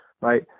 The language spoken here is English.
right